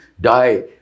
die